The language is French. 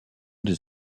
des